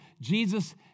Jesus